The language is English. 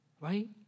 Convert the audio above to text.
Right